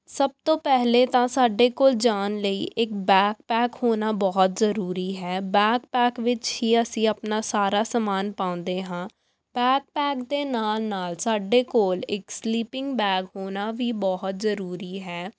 ਸਭ ਤੋਂ ਪਹਿਲਾਂ ਤਾਂ ਸਾਡੇ ਕੋਲ ਜਾਣ ਲਈ ਇੱਕ ਬੈਗ ਪੈਕ ਹੋਣਾ ਬਹੁਤ ਜ਼ਰੂਰੀ ਹੈ ਬੈਗ ਪੈਕ ਵਿੱਚ ਹੀ ਅਸੀਂ ਆਪਣਾ ਸਾਰਾ ਸਮਾਨ ਪਾਉਂਦੇ ਹਾਂ ਬੈਗ ਪੈਕ ਦੇ ਨਾਲ ਨਾਲ ਸਾਡੇ ਕੋਲ ਇਕ ਸਲੀਪਿੰਗ ਬੈਗ ਹੋਣਾ ਵੀ ਬਹੁਤ ਜ਼ਰੂਰੀ ਹੈ